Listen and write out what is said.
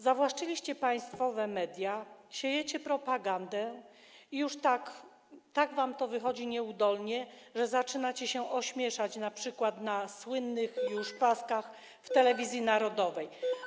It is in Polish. Zawłaszczyliście państwowe media, siejecie propagandę i już tak wam to wychodzi nieudolnie, że zaczynacie się ośmieszać np. na słynnych już paskach w telewizji narodowej.